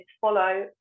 follow